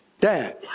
Dad